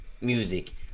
Music